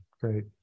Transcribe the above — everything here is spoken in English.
great